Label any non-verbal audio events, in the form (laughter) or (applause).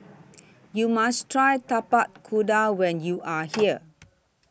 YOU must Try Tapak Kuda when YOU Are here (noise)